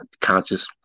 conscious